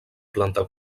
planta